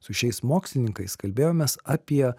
su šiais mokslininkais kalbėjomės apie